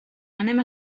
anem